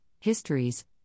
histories